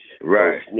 Right